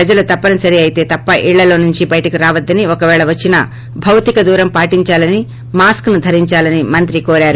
ప్రజలు తప్పనిసరి అయితే తప్ప ఇళ్లలో నుంచి బయటకు రావద్దని ఒకపేళ వచ్చినా భౌతిక దూరం పాటించాలనీ మాస్క్ ను ధరించాలని మంత్రి కోరారు